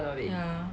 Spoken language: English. ya